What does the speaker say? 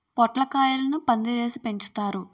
పొట్లకాయలను పందిరేసి పెంచుతారు